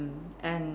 and